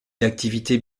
d’activité